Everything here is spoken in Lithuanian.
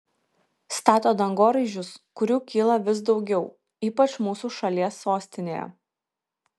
stato dangoraižius kurių kyla vis daugiau ypač mūsų šalies sostinėje